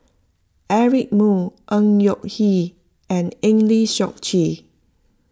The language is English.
Eric Moo Ng Yak and Eng Lee Seok Chee